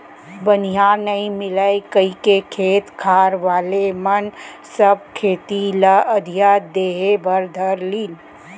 बनिहार नइ मिलय कइके खेत खार वाले मन सब खेती ल अधिया देहे बर धर लिन